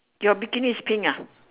your bikini is pink ya